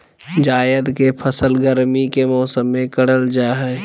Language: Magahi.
जायद के फसल गर्मी के मौसम में करल जा हइ